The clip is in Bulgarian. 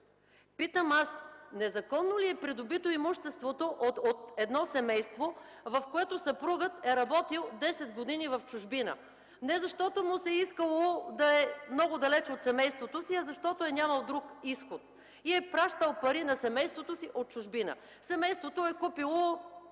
Питам аз: незаконно ли е придобито имуществото от едно семейство, в което съпругът е работил 10 години в чужбина, не защото му се е искало да е много далеч от семейството си, а защото е нямал друг изход, и е пращал пари на семейството си от чужбина? Семейството е купило